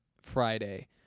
Friday